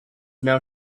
now